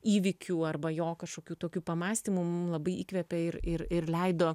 įvykių arba jo kažkokių tokių pamąstymų mum labai įkvepė ir ir ir leido